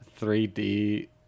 3D